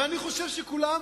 ואני חושב שכולם,